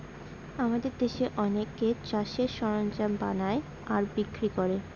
আমাদের দেশে অনেকে চাষের সরঞ্জাম বানায় আর বিক্রি করে